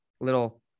little